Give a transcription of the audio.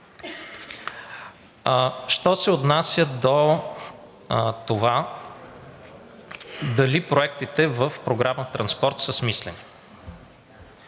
Що се отнася до това дали проектите в Програма „Транспорт“ са смислени.